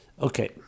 Okay